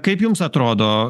kaip jums atrodo